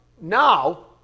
now